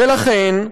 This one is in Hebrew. ולכן,